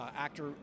actor